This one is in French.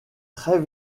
très